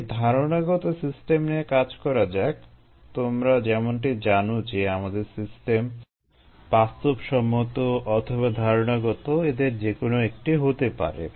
একটি ধারণাগত সিস্টেম নিয়ে কাজ করা যাক তোমরা যেমনটি জানো যে আমাদের সিস্টেম বাস্তবসম্মত অথবা ধারণাগত এদের যেকোন একটি হতে পারে